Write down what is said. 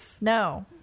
No